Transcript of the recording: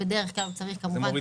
ובדרך כלל הוא צריך כמובן,